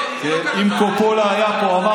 זה לא,